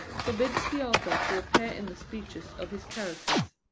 forbids the author to appear in the speeches of his characters.